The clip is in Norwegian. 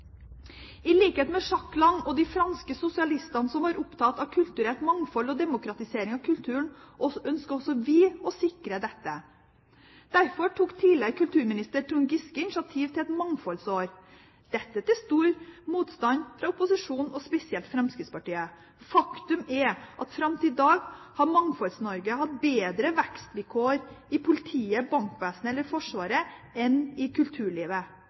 I likhet med Jack Lange og de franske sosialistene som var opptatt av kulturelt mangfold og demokratisering av kulturen, ønsker også vi å sikre dette. Derfor tok tidligere kulturminister Trond Giske initiativ til et mangfoldsår – dette til stor motstand fra opposisjonen og spesielt Fremskrittspartiet. Faktum er at fram til i dag har Mangfolds-Norge hatt bedre vekstvilkår i politiet, bankvesenet eller Forsvaret enn i kulturlivet